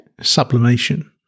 Sublimation